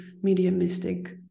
mediumistic